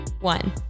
one